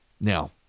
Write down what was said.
now